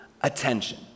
attention